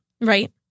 right